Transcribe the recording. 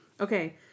Okay